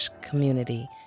community